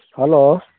hello